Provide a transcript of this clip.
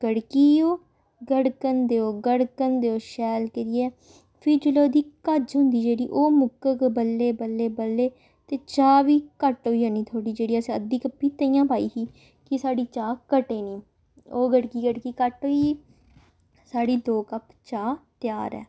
गड़की ओह् गड़कन देओ गड़कन देओ शैल करियै फ्ही जेल्लै ओह्दी घज्ज होंदी जेह्ड़ी ओह् मुक्कग बल्लें बल्लें बल्ले ते चाह् बी घट्ट होई जानी थोह्ड़ी जेह्ड़ी असें अद्धी कप्पी ताइयें पाई ही कि साढ़ी चाह् घटे निं ओह् गड़की गड़की घट्ट होई गेई साढ़ी दो कप्प चाह् त्यार ऐ